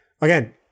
Again